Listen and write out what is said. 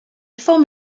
forme